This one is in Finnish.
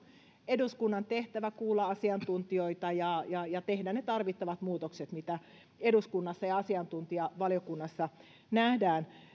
eduskunnan tehtävä kuulla asiantuntijoita ja ja tehdä ne muutokset mitkä eduskunnassa ja asiantuntijavaliokunnassa nähdään tarpeellisiksi